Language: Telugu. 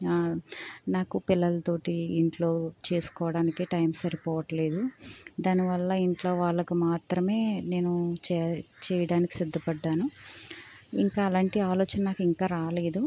నాకు పిల్లలు తోటి ఇంట్లో చేసుకోవడానికి టైం సరిపోవటం లేదు దాని వల్ల ఇంట్లో వాళ్లకు మాత్రమే నేను చేయడానికి సిద్ధపడ్డాను ఇంకా అలాంటి ఆలోచన నాకు ఇంకా రాలేదు